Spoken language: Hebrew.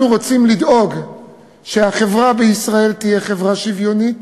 אנחנו רוצים לדאוג שהחברה בישראל תהיה חברה שוויונית.